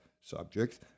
subjects